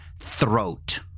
throat